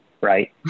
right